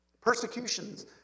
persecutions